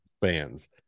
fans